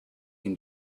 can